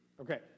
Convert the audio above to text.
Okay